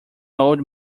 old